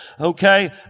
okay